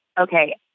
okay